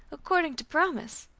according to promise.